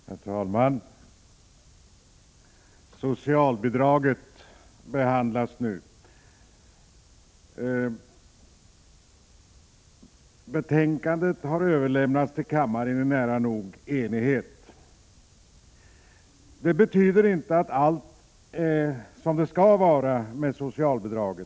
Herr talman! Socialbidraget behandlas nu. Betänkandet har överlämnats till kammaren i nära nog enighet. Det betyder inte att allt är som det skall vara med socialbidraget.